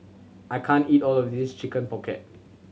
I can't eat all of this Chicken Pocket